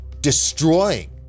destroying